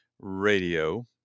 radio